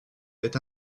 est